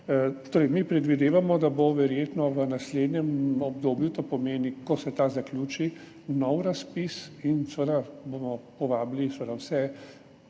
Torej, mi predvidevamo, da bo verjetno v naslednjem obdobju, to pomeni, ko se ta zaključi, nov razpis in seveda bomo povabili vse